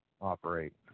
operate